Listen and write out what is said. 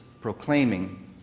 proclaiming